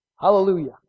Hallelujah